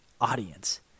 audience